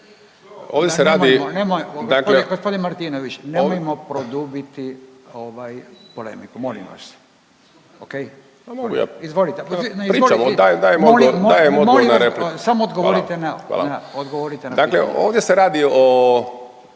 Ovdje se radi